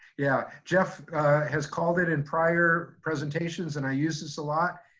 yeah, jeff has called it in prior presentations. and i use this a lot,